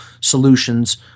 solutions